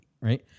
right